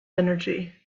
energy